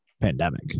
pandemic